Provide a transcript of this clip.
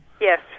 Yes